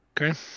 Okay